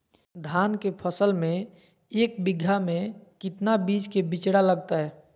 धान के फसल में एक बीघा में कितना बीज के बिचड़ा लगतय?